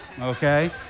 okay